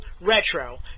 Retro